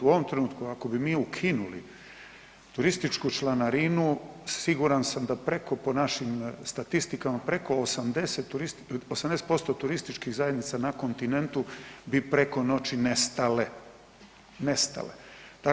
U ovom trenutku ako bi mi ukinuli turističku članarinu siguran sam da preko po našim statistikama, preko 80, 80% turističkih zajednica na kontinentu bi preko noći nestale, nestale.